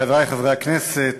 חברי חברי הכנסת,